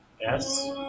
Yes